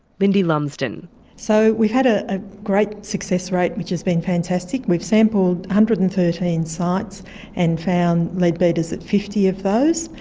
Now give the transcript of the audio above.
lindy lumsden so we've had a ah great success rate, which has been fantastic. we've sampled one hundred and thirteen sites and found leadbeater's at fifty of those,